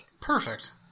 Perfect